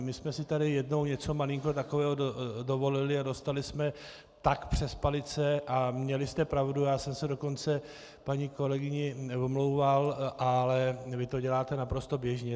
My jsme si tady jednou něco malinko takového dovolili a dostali jsme tak přes palice, a měli jste pravdu, já jsem se dokonce paní kolegyni omlouval, ale vy to děláte naprosto běžně.